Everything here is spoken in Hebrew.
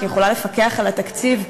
לפקח על התקציב.